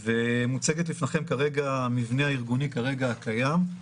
מוצג בפניכם המבנה הארגוני הקיים כרגע.